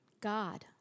God